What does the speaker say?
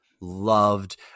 loved